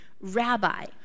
Rabbi